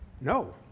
No